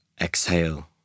exhale